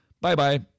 bye-bye